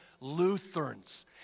Lutherans